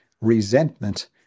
resentment